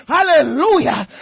Hallelujah